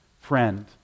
Friend